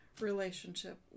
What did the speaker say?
relationship